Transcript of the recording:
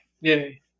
Yay